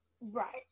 Right